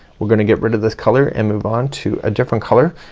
we're gonna get rid of this color and move on to a different color.